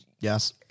Yes